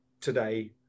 today